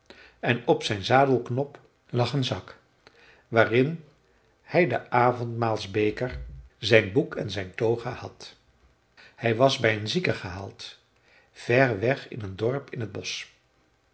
en op zijn zadelknop lag een zak waarin hij den avondmaalsbeker zijn boek en zijn toga had hij was bij een zieke gehaald ver weg in een dorp in t bosch